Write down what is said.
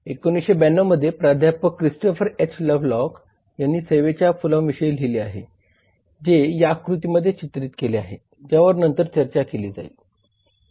1992 मध्ये प्राध्यापक Christopher H Lovelock यांनी सेवेच्या फुलांविषयी लिहिले आहे जे या आकृतीमध्ये चित्रित केले आहे ज्यावर नंतर चर्चा केली जाईल